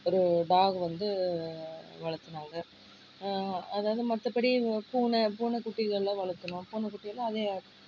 ஒரு டாக் வந்து வளர்த்தினாங்க அதாவது மற்றபடி பூனை பூனைக்குட்டிங்கள்லாம் வளர்த்தினோம் பூனைக்குட்டியெல்லாம் அதே